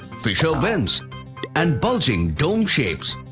fissure vents and bulging dome shapes.